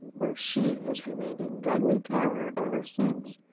where she has remained in deadly terror ever since,